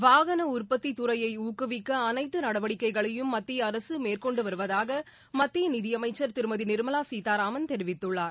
வாகன உற்பத்தி துறையை ஊக்குவிக்க அனைத்து நடவடிக்கைகளையும் மத்திய அரசு மேற்கொண்டு வருவதாக மத்திய நிதியமைச்சர் திருமதி நிர்மலா சீதாராமன் தெரிவித்துள்ளார்